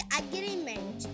agreement